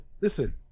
listen